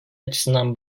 açısından